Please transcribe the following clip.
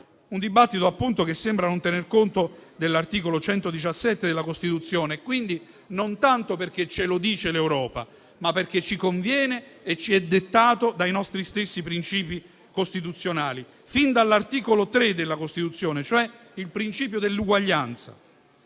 un dibattito che sembra non tener conto dell'articolo 117 della Costituzione. Quindi non si tratta tanto di intervenire perché "ce lo dice l'Europa", ma perché ci conviene e ci è dettato dai nostri stessi principi costituzionali, fin dall'articolo 3 della Costituzione, cioè il principio dell'uguaglianza: